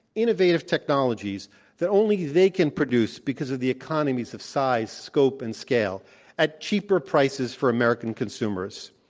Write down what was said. innovative technologies that only they can produce because of the economies of size, scope and scale at cheaper prices for american consumers.